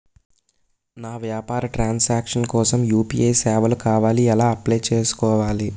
నా వ్యాపార ట్రన్ సాంక్షన్ కోసం యు.పి.ఐ సేవలు కావాలి ఎలా అప్లయ్ చేసుకోవాలి?